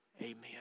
Amen